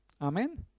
Amen